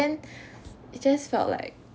it just felt like